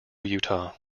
utah